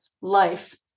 life